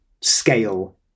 scale